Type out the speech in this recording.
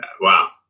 wow